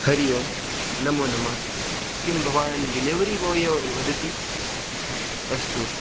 हरिः ओं नमो नमः किं भवान् डिलिवरि बाय् एव वदति अस्तु